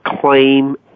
claim